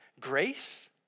grace